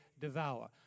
devour